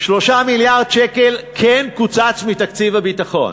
3 מיליארד שקל כן קוצצו מתקציב הביטחון,